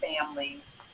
families